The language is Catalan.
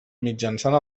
mitjançant